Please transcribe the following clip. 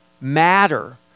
matter